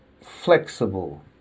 flexible